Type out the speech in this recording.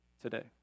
today